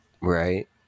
Right